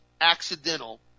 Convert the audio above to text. accidental